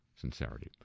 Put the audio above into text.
sincerity